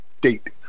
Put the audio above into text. date